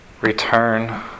return